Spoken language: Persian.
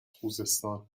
خوزستان